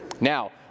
Now